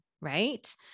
right